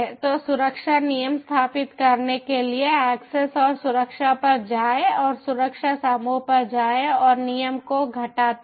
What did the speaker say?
तो सुरक्षा नियम स्थापित करने के लिए एक्सेस और सुरक्षा पर जाएँ और सुरक्षा समूह पर जाएँ और नियम को घटाता है